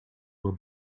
were